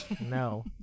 No